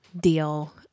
deal